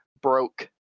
broke